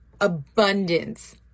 abundance